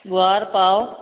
गुआर पाउ